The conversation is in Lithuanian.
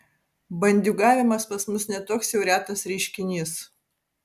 bandiūgavimas pas mus ne toks jau retas reiškinys